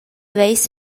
veis